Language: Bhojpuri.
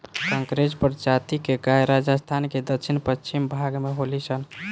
कांकरेज प्रजाति के गाय राजस्थान के दक्षिण पश्चिम भाग में होली सन